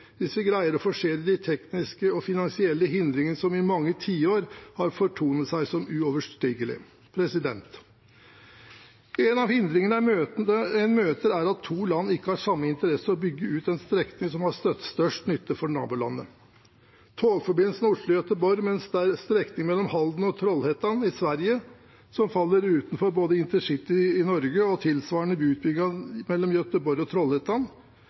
greier å forsere de tekniske og finansielle hindringene som i mange tiår har fortonet seg som uoverstigelige. En av hindringene man møter, er at to land ikke har samme interesse av å bygge ut en strekning som har størst nytte for nabolandet. På togforbindelsen Oslo–Göteborg med en strekning mellom Halden og Trollhättan i Sverige, som faller utenfor både intercity i Norge og tilsvarende utbygging mellom Göteborg og